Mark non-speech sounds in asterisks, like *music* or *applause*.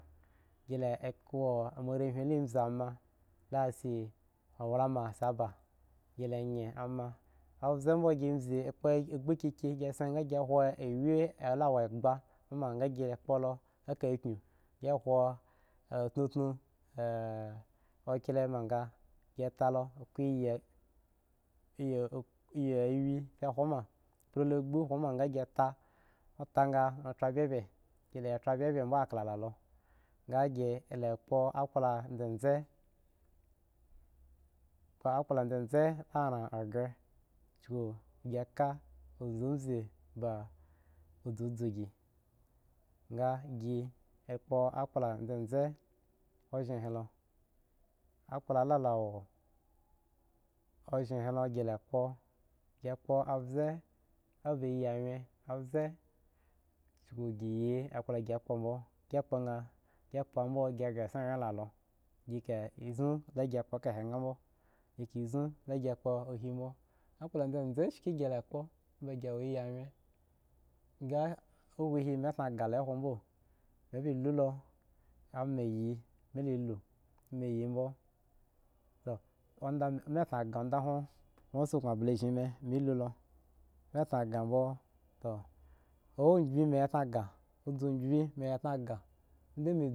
*unintelligible* abze bmo gi bza ama la shi aalula shi be abzi bmo gi bzi a gbo kiki hoko awi ami shi ayi iyi shi akho ma gi ta lo ta ge gi la ta bye bpye bmo akala la lo ga gi kpa aykpla zeze le ran gre gi ka yi bi be zazu bmi ga gi kpo yakpla zeazen azshgi he lo akpla la mo ozhri he ga la kpo gi abze ola wugen abze gi zi akpa gi kpo bizo gi kpo gi ga si yi la lo ki ka zo g kpo a ka he gabo a kpo zanzen gi la kpo ambe lawgen ga hwo ga gi tange ho bo mu ba lu lo amiyi mila la ami amo mi tanaga do hwo able oku zshi mi mi lu lo mi tanaga mi luto bmo ombgbi ye tanaga ngimi.